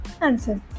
answer